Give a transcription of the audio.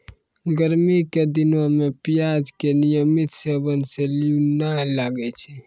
गर्मी के दिनों मॅ प्याज के नियमित सेवन सॅ लू नाय लागै छै